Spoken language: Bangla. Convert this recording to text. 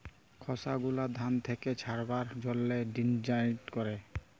খসা গুলা ধান থেক্যে ছাড়াবার জন্হে ভিন্নউইং ক্যরে